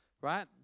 Right